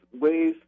ways